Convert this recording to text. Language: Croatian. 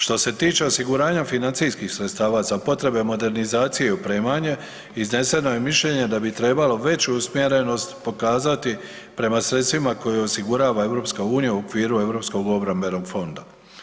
Što se tiče osiguranja financijskih sredstava za potrebe modernizacije i opremanje izneseno je mišljenje da bi trebalo veću usmjerenost pokazati prema sredstvima koja osigurava EU u okviru Europskog obrambenog fonda.